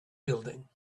building